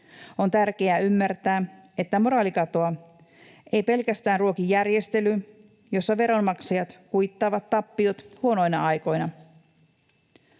on tärkeää ymmärtää, että moraalikatoa ei pelkästään ruoki järjestely, jossa veronmaksajat kuittaavat tappiot huonoina aikoina.